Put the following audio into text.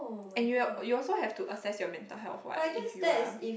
and you al~ you also have to assess your mental health what if you are